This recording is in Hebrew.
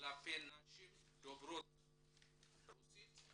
כלפי נשים דוברות רוסית.